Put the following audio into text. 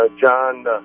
John